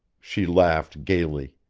she laughed gayly.